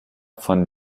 fanden